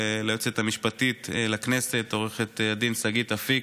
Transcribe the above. ליועצת המשפטית לכנסת עו"ד שגית אפיק,